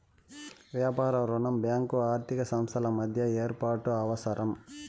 వ్యాపార రుణం బ్యాంకు ఆర్థిక సంస్థల మధ్య ఏర్పాటు అవసరం